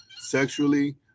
sexually